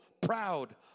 proud